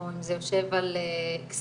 או אם זה יושב על כספים,